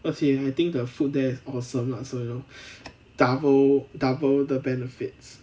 而且 I think the food there is awesome lah so you know double double the benefits